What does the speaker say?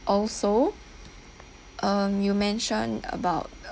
also um you mention about